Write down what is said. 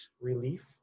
relief